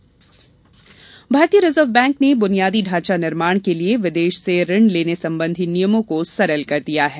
reserve Bank भारतीय Reserve Bank ने बुनियादी ढांचा निर्माण के लिए विदेश से ऋण लेने संबंधी नियमों को सरल कर दिया है